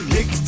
Nick